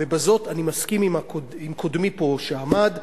ובזאת אני מסכים עם קודמי שעמד פה,